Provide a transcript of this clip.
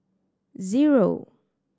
zero